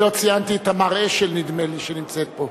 אני לא ציינתי את תמר אשל, נדמה לי, שנמצאת פה.